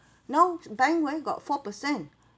now bank where got four percent